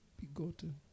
begotten